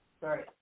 Sorry